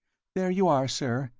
there you are, sir,